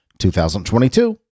2022